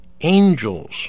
angels